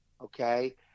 okay